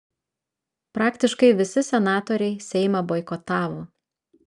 praktiškai visi senatoriai seimą boikotavo